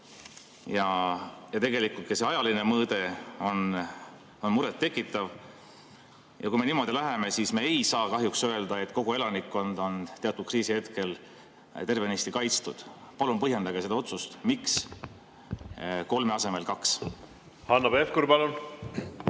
Tegelikult on ka see ajaline mõõde muret tekitav. Kui me niimoodi edasi läheme, siis me ei saa kahjuks öelda, et kogu elanikkond on teatud kriisihetkel tervenisti kaitstud. Palun põhjendage seda otsust, miks kolme asemel kaks. Aitäh, hea